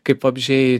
kaip vabzdžiai